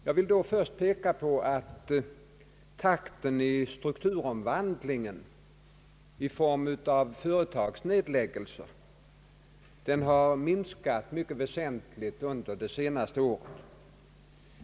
Jag vill då först påpeka att takten i strukturomvandlingen i form av företagsnedläggelser har minskat väsentligt under de senaste åren.